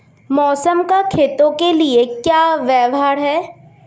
मौसम का खेतों के लिये क्या व्यवहार है?